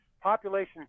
population